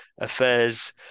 affairs